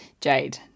Jade